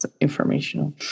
informational